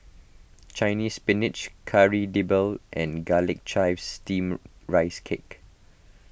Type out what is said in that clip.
Chinese Spinach Kari Debal and Garlic Chives Steamed Rice Cake